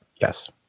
Yes